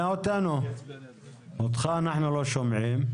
תענה לסוגיות הקשורות אליכם.